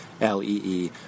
L-E-E